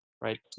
right